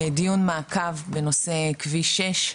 דיון מעקב בנושא כביש 6,